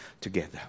together